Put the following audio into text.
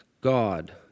God